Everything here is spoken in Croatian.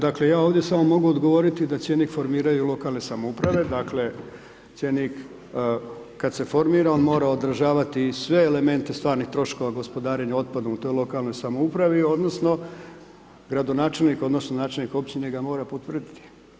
Dakle ja ovdje samo mogu odgovoriti da cjenik formiraju lokalne samouprave, dakle cjenik kada se formira mora održavati i sve elemente stvarnih troškova gospodarenja otpadom u toj lokalnoj samoupravi, odnosno gradonačelnik, odnosno načelnik općine ga mora potvrditi.